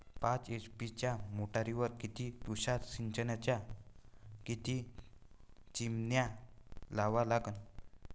पाच एच.पी च्या मोटारीवर किती तुषार सिंचनाच्या किती चिमन्या लावा लागन?